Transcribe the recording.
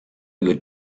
good